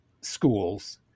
schools